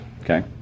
Okay